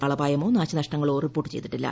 ആളപായമോ നാശനഷ്ടങ്ങളോ റിപ്പോർട്ട് ചെയ്തിട്ടില്ല